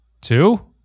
Two